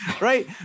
Right